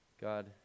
God